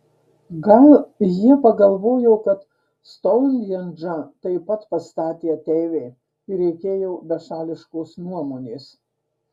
gal jie pagalvojo kad stounhendžą taip pat pastatė ateiviai ir reikėjo bešališkos nuomonės